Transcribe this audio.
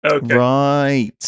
Right